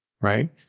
right